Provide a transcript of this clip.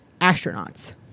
astronauts